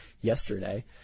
yesterday